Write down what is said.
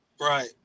Right